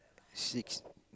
six